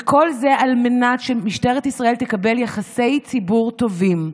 וכל זה על מנת שמשטרת ישראל תקבל יחסי ציבור טובים.